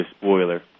spoiler